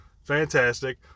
fantastic